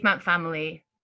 family